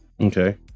Okay